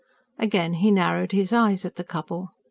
again he narrowed his eyes at the couple.